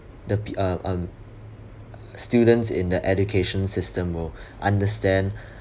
the pe~ um um students in the education system will understand